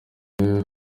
yongeye